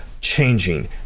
changing